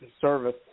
service